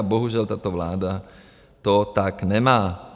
Bohužel tato vláda to tak nemá.